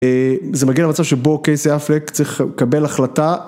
זה מגיע לבצע שבו קייסי אפלק צריך לקבל החלטה.